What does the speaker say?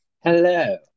Hello